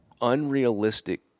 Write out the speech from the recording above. unrealistic